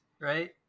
Right